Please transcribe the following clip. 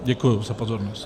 Děkuji za pozornost.